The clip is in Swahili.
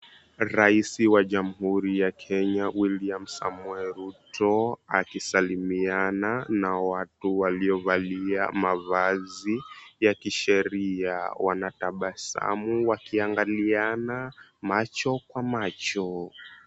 Rais wa Jamhuri ya Kenya William Samoei Ruto, akisalamiana na watu waliovalia mavazi ya kisheria, wanatabasamu wakiangaliana macho kwa macho.